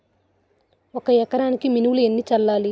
ఒక ఎకరాలకు మినువులు ఎన్ని చల్లాలి?